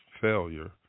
failure